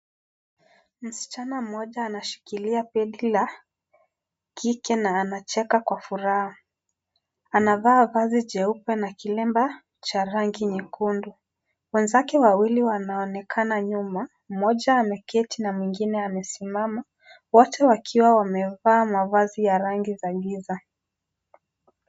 Msichana mmoja anashikilia begi la kike na anacheka kwa furaha. Anavaa vazi jeupe na kilemba cha rangi nyekundu. Wenzake wawili wanaonekana nyuma, mmoja ameketi na mwingine amesimama. Wote wakiwa wamevaa mavazi ya rangi za giza.